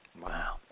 Wow